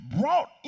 brought